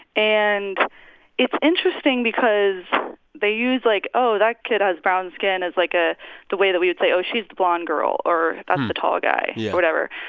and it's interesting because they use, like, oh, that kid has brown skin as like ah the way that we would say, oh, she's the blond girl or that's the tall guy yeah or whatever.